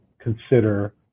consider